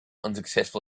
unsuccessful